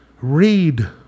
read